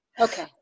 Okay